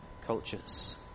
cultures